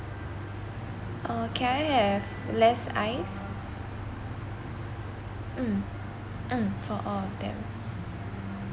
uh can I have less ice mm mm for all of them